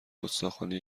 گستاخانهی